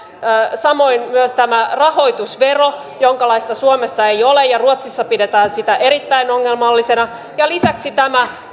samoin tämä rahoitusvero jonkalaista suomessa ei ole ja ruotsissa pidetään erittäin ongelmallisena ja lisäksi tämä